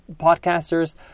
podcasters